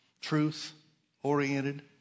truth-oriented